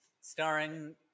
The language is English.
Starring